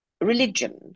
religion